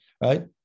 right